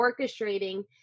orchestrating